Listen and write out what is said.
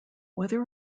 whether